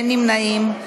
אין נמנעים.